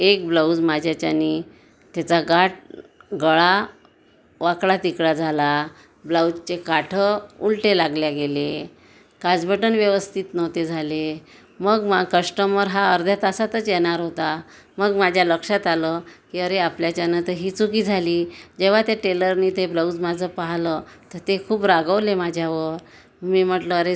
एक ब्लाऊज माझ्याच्यानी त्याचा गाठ गळा वाकडातिकडा झाला ब्लाऊजचे काठ उलटे लागले गेले काजबटन व्यवस्थित नव्हते झाले मग म कश्टमर हा अर्ध्या तासातच येणार होता मग माझ्या लक्षात आलं की अरे आपल्याच्यानं तर ही चुकी झाली जेव्हा त्या टेलरनी ते ब्लाऊज माझं पाहिलं तर ते खूप रागावले माझ्यावर मी म्हटलं अरे